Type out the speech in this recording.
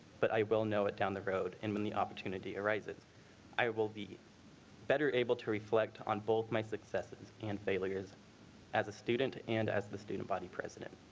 but i will know it down the road. and when the opportunity arises i will be better able to reflect on both my successes and failures as a student and as the student body president